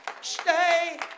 Stay